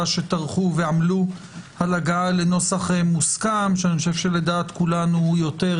שטרחו ועמלו על הגעה לנוסח מוסכם שאני חושב שלדעת כולנו הוא יותר